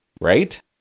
Right